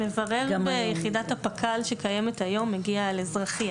המברר ביחידת הפק"ל שקיימת היום מגיע על אזרחי.